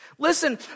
Listen